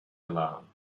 alarm